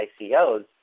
ICOs